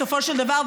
בסופו של דבר,